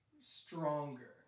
Stronger